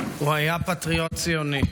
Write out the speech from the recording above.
הוא היה פטריוט ציוני,